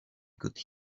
could